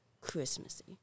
Christmassy